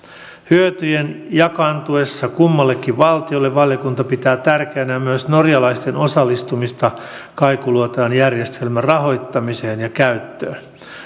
hyötyjen jakaantuessa kummallekin valtiolle valiokunta pitää tärkeänä myös norjalaisten osallistumista kaikuluotainjärjestelmän rahoittamiseen ja käyttöön